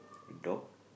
a dog